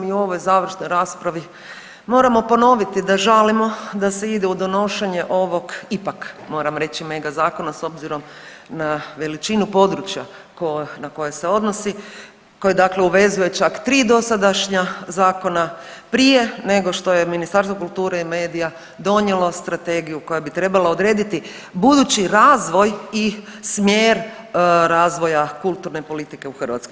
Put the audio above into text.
I u ovoj završnoj raspravi moramo ponoviti da žalimo da se ide u donošenje ovog ipak moram reći mega zakona s obzirom na veličinu područja na koje se odnosi, koje dakle uvezuje čak 3 dosadašnja zakona, prije nego što je Ministarstvo kulture i medija donijelo strategiju koja bi trebala odrediti budući razvoj i smjer razvoja kulturne politike u Hrvatskoj.